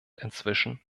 inzwischen